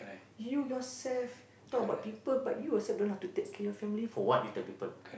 you yourself talk about people but you yourself don't know how to take care your family for what you tell people